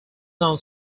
down